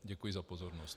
Děkuji za pozornost.